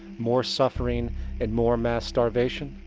more suffering and more mass starvation?